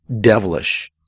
devilish